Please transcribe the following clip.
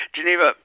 Geneva